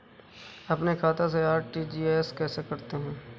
अपने खाते से आर.टी.जी.एस कैसे करते हैं?